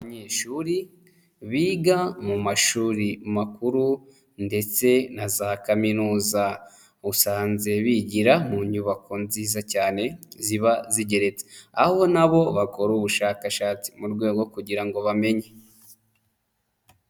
Abanyeshuri biga mu mashuri makuru ndetse na za kaminuza, usanze bigira mu nyubako nziza cyane ziba zigeretse aho na bo bakora ubushakashatsi mu rwego rwo kugira ngo bamenye.